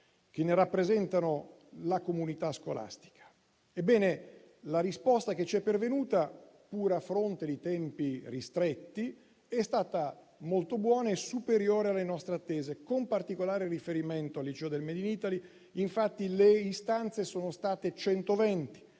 che ne rappresentano la comunità scolastica. Ebbene, la risposta che ci è pervenuta, pur a fronte di tempi ristretti, è stata molto buona e superiore alle nostre attese. Con particolare riferimento al liceo del *made in Italy*, infatti, le istanze sono state